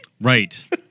Right